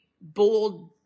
bold